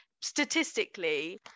statistically